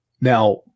Now –